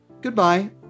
Goodbye